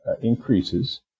increases